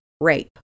rape